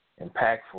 impactful